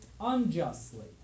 unjustly